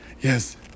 yes